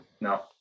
No